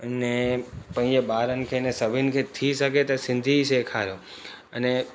अने पंहिंजे ॿारनि खे न सभिनी खे थी सघे त सिंधी ई सेखारियो अने